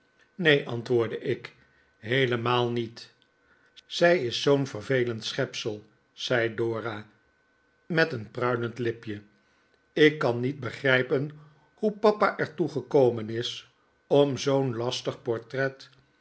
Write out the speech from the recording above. neen antwoordde ik heelemaai niet zij is zoo'n vervelend schepsel zei dora met een pruilend lipje ik kan niet begrijpen hoe papa er toe gekomen is om zoo'n lastig portret